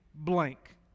blank